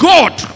God